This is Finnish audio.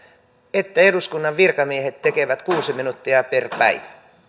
että eduskunnan virkamiehet tekevät kuusi minuuttia per päivä